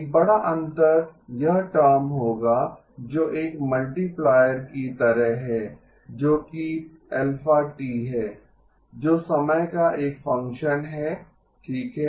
एक बड़ा अंतर यह टर्म होगा जो एक मल्टीप्लायर की तरह है जो कि α है जो समय का एक फंक्शन है ठीक है